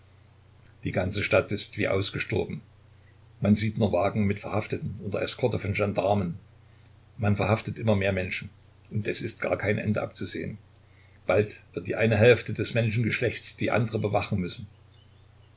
die ganze stadt ist wie ausgestorben man sieht nur wagen mit verhafteten unter eskorte von gendarmen man verhaftet immer mehr menschen und es ist gar kein ende abzusehen bald wird die eine hälfte des menschengeschlechts die andere bewachen müssen